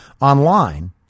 online